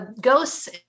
Ghosts